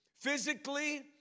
Physically